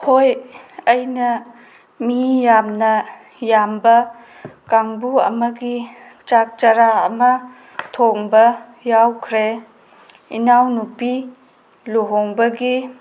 ꯍꯣꯏ ꯑꯩꯅ ꯃꯤ ꯌꯥꯝꯅ ꯌꯥꯝꯕ ꯀꯥꯡꯕꯨ ꯑꯃꯒꯤ ꯆꯥꯛ ꯆꯔꯥ ꯑꯃ ꯊꯣꯡꯕ ꯌꯥꯎꯈ꯭ꯔꯦ ꯏꯅꯥꯎꯅꯨꯄꯤ ꯂꯨꯍꯣꯡꯕꯒꯤ